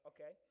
Okay